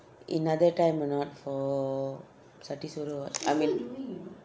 another time or not for சட்டி சோறு:satti soru or what I mean